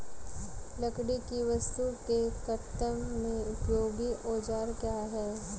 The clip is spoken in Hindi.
लकड़ी की वस्तु के कर्तन में उपयोगी औजार क्या हैं?